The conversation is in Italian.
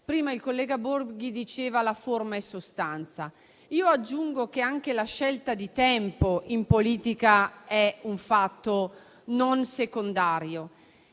Prima il collega Borghi diceva che la forma è sostanza. Io aggiungo che anche la scelta di tempo in politica è un fatto non secondario.